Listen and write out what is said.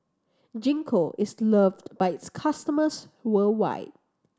Gingko is loved by its customers worldwide